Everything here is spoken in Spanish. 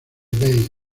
bey